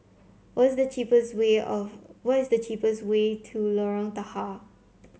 what's the cheapest way of what is the cheapest way to Lorong Tahar